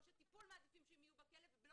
או שאנשי טיפול מעדיפים שהם יהיו בכלא ולא